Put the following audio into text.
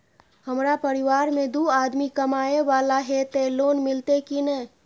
हमरा परिवार में दू आदमी कमाए वाला हे ते लोन मिलते की ने?